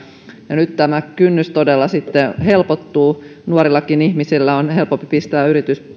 nyt tämä kynnys todella helpottuu nuortenkin ihmisten on helpompi pistää